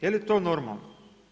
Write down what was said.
Jeli to normalno?